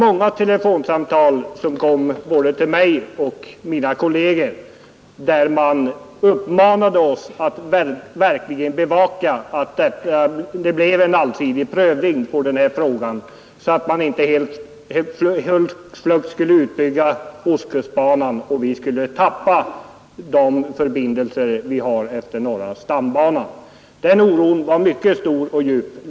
Jag och mina kolleger fick många telefonsamtal där man uppmanade oss att verkligen bevaka att det blev en allsidig prövning av denna fråga så att det inte hux flux skulle bli en utbyggnad av ostkustbanan och man i Jämtland skulle tappa de förbindelser man har efter norra stambanan. Den oron var mycket djup och stor.